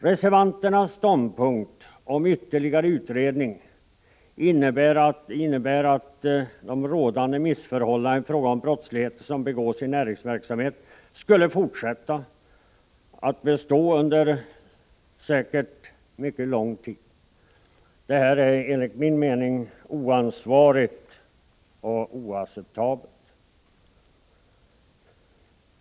Reservanternas ståndpunkt om ytterligare utredning innebär att de rådande missförhållandena i fråga om brottslighet som begås i näringsverksamhet skulle komma att bestå under säkerligen mycket lång tid. Detta är enligt min mening oansvarigt och oacceptabelt.